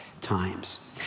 times